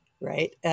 right